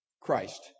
Christ